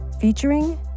Featuring